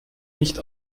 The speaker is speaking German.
nicht